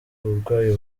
uburwayi